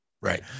Right